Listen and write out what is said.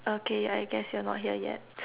okay I guess you are not here yet